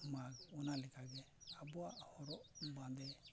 ᱢᱟᱜᱷ ᱚᱱᱟ ᱞᱮᱠᱟᱜᱮ ᱟᱵᱚᱣᱟᱜ ᱦᱚᱨᱚᱜ ᱵᱟᱸᱫᱮ